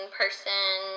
person